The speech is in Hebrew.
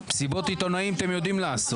מסיבות עיתונאים אתם יודעים לעשות.